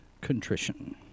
contrition